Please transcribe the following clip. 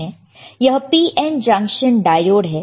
यह PN junction diode है